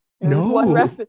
No